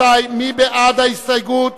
מי בעד ההסתייגות?